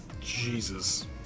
Jesus